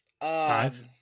Five